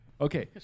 Okay